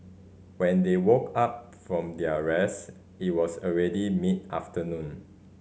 when they woke up from their rest it was already mid afternoon